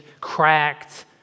cracked